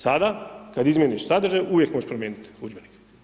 Sada kada izmijeniš sadržaj uvijek možeš promijeniti udžbenike.